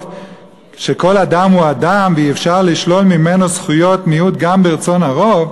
שכל אדם הוא אדם ואי-אפשר לשלול ממנו זכויות מיעוט גם ברצון הרוב,